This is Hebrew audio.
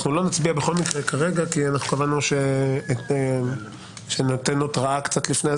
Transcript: לא נצביע בכל מקרה כרגע כי קבענו שניתן התראה קצת לפני,